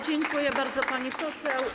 Dziękuję bardzo, pani poseł.